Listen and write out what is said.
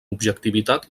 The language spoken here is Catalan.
objectivitat